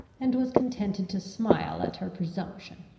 and was contented to smile at her presumption.